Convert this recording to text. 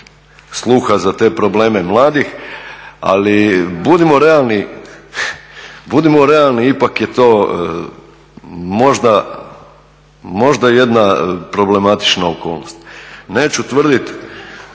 sluha za te probleme mladih, ali budimo realni ipak je to možda jedna problematična okolnost. Neću tvrditi